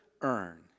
earn